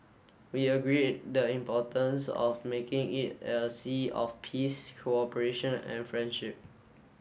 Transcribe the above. we agreed the importance of making it a sea of peace cooperation and friendship